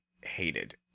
hated